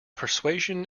persuasion